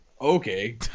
Okay